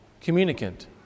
communicant